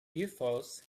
ufos